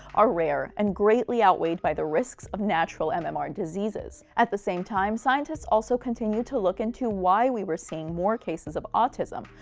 are rare, and greatly outweighed by the risks of natural um um mmr diseases. at the same time, scientists also continued to look into why we were seeing more cases of autism,